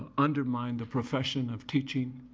undermine the profession of teaching.